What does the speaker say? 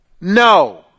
No